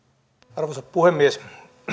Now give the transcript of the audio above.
arvoisa puhemies